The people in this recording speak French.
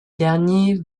derniers